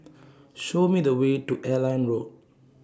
Show Me The Way to Airline Road